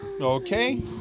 Okay